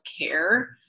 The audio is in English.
care